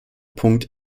punkt